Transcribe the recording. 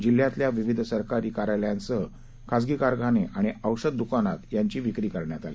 जिल्ह्यातल्या विविध सरकारी कार्यालयांसह खासगी कारखाने आणि औषध दकानात यांची विक्री करण्यात आली